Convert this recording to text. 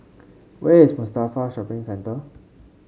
where is Mustafa Shopping Centre